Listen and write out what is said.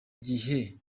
gihe